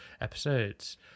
episodes